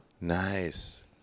Nice